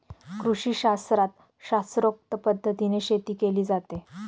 कृषीशास्त्रात शास्त्रोक्त पद्धतीने शेती केली जाते